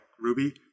Ruby